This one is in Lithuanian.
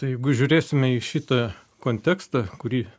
tai jeigu žiūrėsime į šitą kontekstą kurį